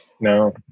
No